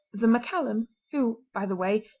the maccallum, who, by the way,